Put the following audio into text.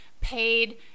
paid